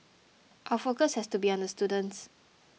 our focus has to be on the students